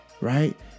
right